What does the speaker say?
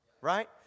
Right